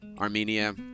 Armenia